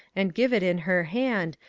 and give it in her hand,